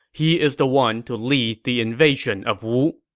he is the one to lead the invasion of wu.